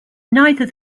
neither